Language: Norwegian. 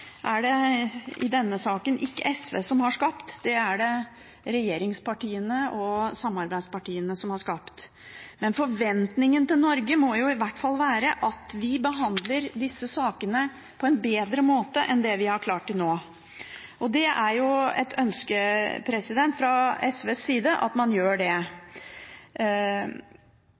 ikke SV som har skapt dem. Det har regjeringspartiene og samarbeidspartiene skapt. Men forventningen til Norge må i hvert fall være at vi behandler disse sakene på en bedre måte enn vi har klart til nå. Det er et ønske fra SVs side at man gjør det.